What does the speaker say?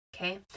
Okay